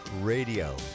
Radio